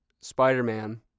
Spider-Man